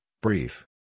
brief